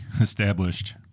established